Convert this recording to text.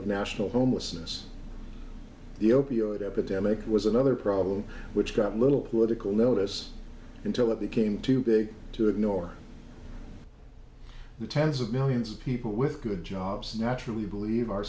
national homelessness the opioid epidemic was another problem which got little political notice until it became too big to ignore the tens of millions of people with good jobs naturally believe our